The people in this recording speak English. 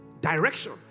direction